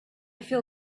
feel